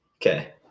Okay